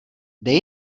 dej